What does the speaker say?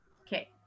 Okay